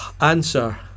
answer